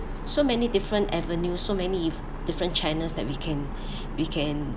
so many different avenue so many different channels that we can we can